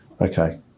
Okay